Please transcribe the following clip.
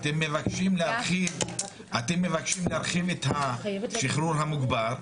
אתם מבקשים להרחיב את השחרור המוגבר,